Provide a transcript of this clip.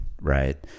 Right